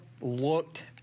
looked